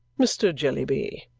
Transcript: mr. jellyby,